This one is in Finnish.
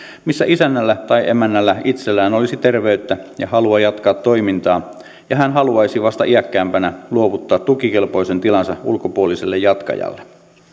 missä isännällä tai emännällä itsellään olisi terveyttä ja halua jatkaa toimintaa ja hän haluaisi vasta iäkkäämpänä luovuttaa tukikelpoisen tilansa ulkopuoliselle jatkajalle